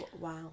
wow